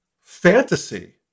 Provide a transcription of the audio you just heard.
fantasy